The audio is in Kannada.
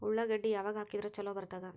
ಉಳ್ಳಾಗಡ್ಡಿ ಯಾವಾಗ ಹಾಕಿದ್ರ ಛಲೋ ಬರ್ತದ?